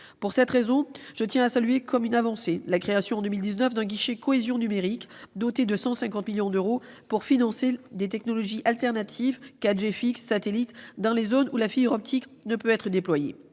Pour cette raison, je tiens à saluer comme une avancée la création, en 2019, d'un « guichet cohésion numérique » doté de 150 millions d'euros pour financer des technologies alternatives- 4G fixe, satellite -dans les zones où la fibre optique ne peut être déployée.